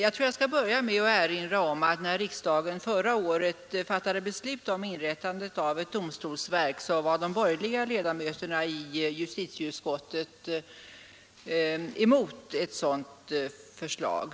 Herr talman! När riksdagen förra året fattade beslut om inrättandet av ett domstolsverk var de borgerliga ledamöterna i justitieutskottet emot ett sådant förslag.